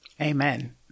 Amen